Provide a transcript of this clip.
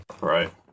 right